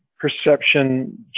perception